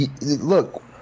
Look